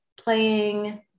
playing